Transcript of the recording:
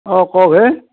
অ কওক হে